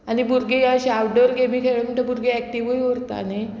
आनी भुरगीं अशें आवटडोर गेमी खेळून तें भुरगीं एक्टीवूय उरता न्ही